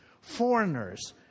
foreigners